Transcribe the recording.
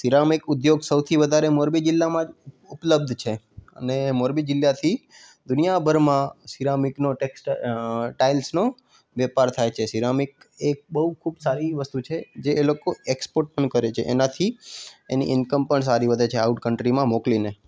ceramic ઉદ્યોગ સૌથી વધારે મોરબી જિલ્લામાં જ ઉપલબ્ધ છે અને મોરબી જિલ્લાથી દુનિયાભરમાં સીરામિકનો ટેક્સ ટાઇ અં ટાઈલ્સનો વ્યાપાર થાય છે સીરામિક એક બહુ ખૂબ સારી વસ્તુ છે જે એ લોકો એક્સ્પોર્ટ પણ કરે છે એનાથી એની ઇન્કમ પણ સારી વધે છે આઉટ કન્ટ્રીમાં મોકલીને